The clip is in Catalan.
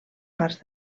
parts